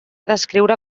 descriure